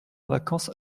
vacances